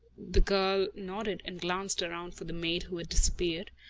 the girl nodded and glanced around for the maid, who had disappeared,